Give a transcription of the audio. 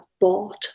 bought